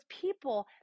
people